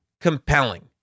compelling